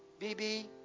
BB